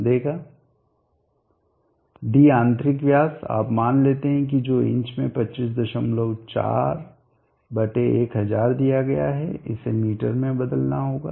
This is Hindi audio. d आंतरिक व्यास आप मान लेते हैं जो इंच में 2541000 में दिया गया है इसे मीटर में बदलना होगा